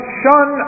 shun